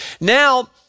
Now